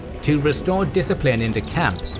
to restore discipline in the camp,